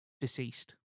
deceased